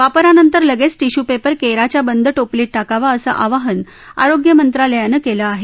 वापरानंतर लगेचच टिश्यूपेपर केराच्या बंद टोपलीत टाकावा असं आवाहन आरोग्य मंत्रालयानं केलं आहे